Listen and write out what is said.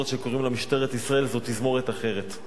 שקוראים לה משטרת ישראל זאת תזמורת אחרת.